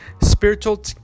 Spiritual